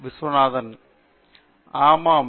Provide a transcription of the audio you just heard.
விஸ்வநாதன் ஆமாம்